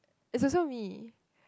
is also we